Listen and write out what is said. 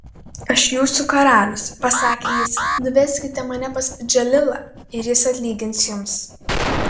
aš jūsų karalius pasakė jis nuveskite mane pas džalilą ir jis atlygins jums